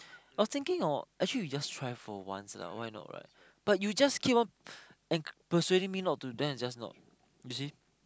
I was thinking orh actually we just try for once lah why not right but you just keep on en~ persuading me not to then I just not you see